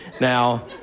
Now